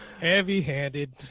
Heavy-handed